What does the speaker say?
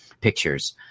pictures